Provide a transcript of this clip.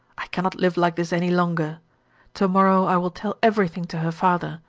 i cannot live like this any longer to-morrow i will tell everything to her father,